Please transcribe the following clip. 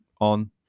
on